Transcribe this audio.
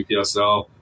UPSL